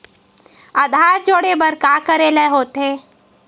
आधार जोड़े बर का करे ला होथे?